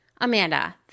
Amanda